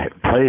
play